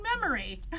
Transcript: memory